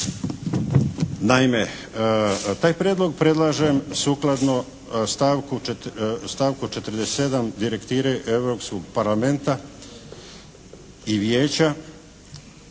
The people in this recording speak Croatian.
Naime, taj prijedlog predlažem sukladno stavku 47. Direktive Europskog parlamenta i Vijeća